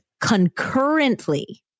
concurrently